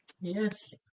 Yes